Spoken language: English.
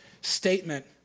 statement